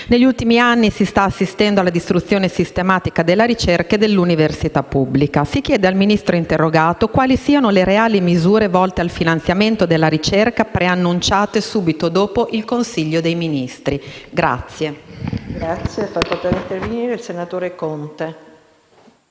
negli ultimi anni si sta assistendo alla distruzione sistematica della ricerca e dell'università pubblica, si chiede al Ministro interrogato quali siano le reali misure volte al finanziamento della ricerca preannunciate subito dopo il Consiglio dei ministri.